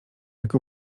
jak